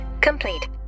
complete